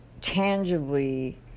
tangibly